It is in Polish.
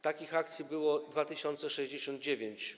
Takich akcji było 2069.